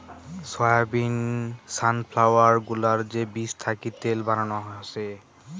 soybean, sunflower গুলার যে বীজ থাকি তেল বানানো হসে